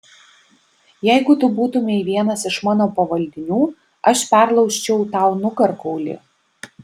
jeigu tu būtumei vienas iš mano pavaldinių aš perlaužčiau tau nugarkaulį